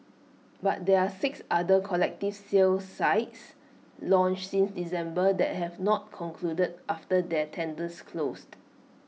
but there are six other collective sale sites launched since December that have not concluded after their tenders closed